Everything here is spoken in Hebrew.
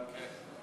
כן?